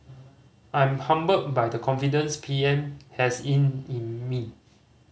I'm humbled by the confidence P M has in in me